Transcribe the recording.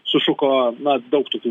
sušuko na daug tokių